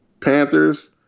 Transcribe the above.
Panthers